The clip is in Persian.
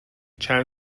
چند